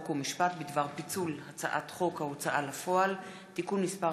חוק ומשפט בדבר פיצול הצעת חוק ההוצאה לפועל (תיקון מס'